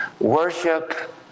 Worship